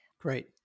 Great